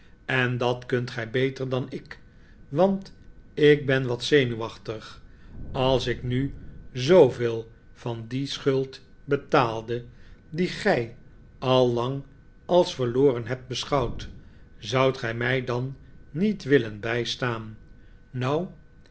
en dat kunt gij beter dan ik want ik ben wat zenuwachtig als ik nu zooveel van die schuld betaalde die gij al lang als verloren hebt beschouwd zoudt gij mij dan niet willen bijstaan nou